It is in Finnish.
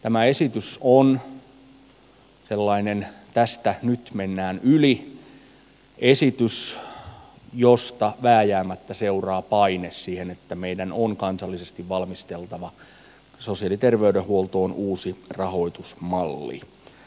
tämä esitys on sellainen tästä nyt mennään yli esitys josta vääjäämättä seuraa paine siihen että meidän on kansallisesti valmisteltava sosiaali ja terveydenhuoltoon uusi rahoitusmalli